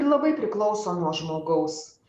labai priklauso nuo žmogaus